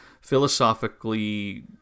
philosophically